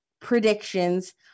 predictions